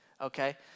Okay